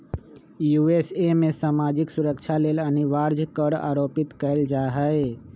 USA में सामाजिक सुरक्षा लेल अनिवार्ज कर आरोपित कएल जा हइ